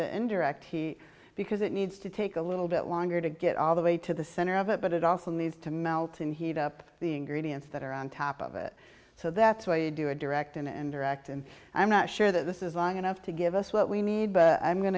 the indirect he because it needs to take a little bit longer to get all the way to the center of it but it also needs to melt and heat up the ingredients that are on top of it so that's why you do a direct and indirect and i'm not sure that this is long enough to give us what we need but i'm going